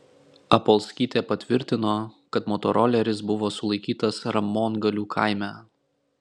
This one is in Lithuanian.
apolskytė patvirtino kad motoroleris buvo sulaikytas ramongalių kaime